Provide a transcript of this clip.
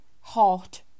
hot